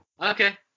Okay